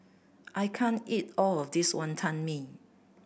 I can't eat all of this Wonton Mee